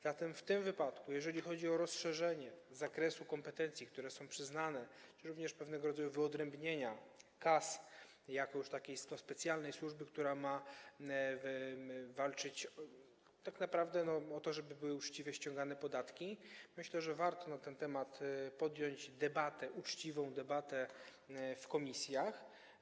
Zatem w tym wypadku, jeżeli chodzi o rozszerzenie zakresu kompetencji, które są przyznane, jak również o pewnego rodzaju wyodrębnienie KAS jako już takiej specjalnej służby, która ma walczyć tak naprawdę o to, żeby podatki były ściągane uczciwie, myślę, że warto na ten temat podjąć debatę, uczciwą debatę, w komisjach.